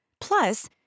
Plus